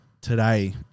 today